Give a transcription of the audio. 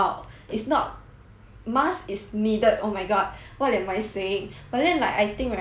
mask is needed oh my god what am I saying but then like I think right lipstick right because